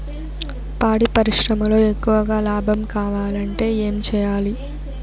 పాడి పరిశ్రమలో ఎక్కువగా లాభం కావాలంటే ఏం చేయాలి?